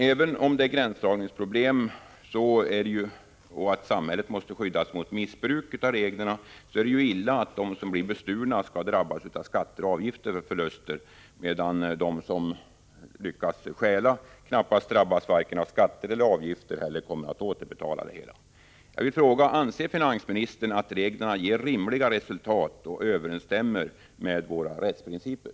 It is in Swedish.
Även om det finns gränsdragningsproblem och samhället måste skyddas mot missbruk av reglerna, är det illa att de som blir bestulna skall drabbas av skatter och avgifter på sina förluster, medan de som lyckas stjäla knappast drabbas av vare sig skatter eller avgifter eller kommer att återbetala det stulna. Anser finansministern att reglerna ger rimliga resultat och överensstämmer med våra rättsprinciper?